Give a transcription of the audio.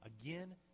Again